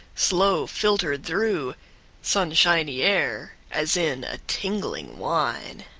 slow filtered through sunshiny air, as in a tingling wine!